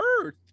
Earth